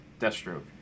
Deathstroke